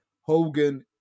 Hogan